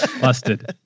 Busted